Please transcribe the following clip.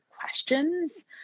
questions